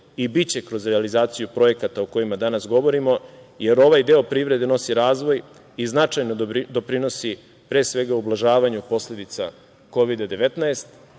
i biće kroz realizaciju projekata o kojima danas govorimo, jer ovaj deo privrede nosi razvoj i značajno doprinosi pre svega ublažavanju posledica Kovida 19,